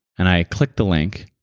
and i clicked the link,